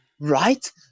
Right